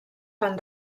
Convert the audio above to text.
fan